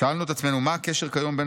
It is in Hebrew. שאלנו את עצמנו מה הקשר כיום בין